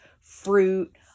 fruit